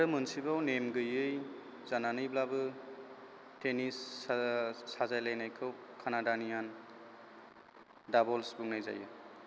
आरो मोनसेबाव नेम गैयै जानानैब्लाबो टेनिस सा साजायलायनायखौ कानाडानियान डाबल्स बुंनाय जायो